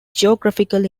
geographical